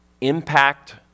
impact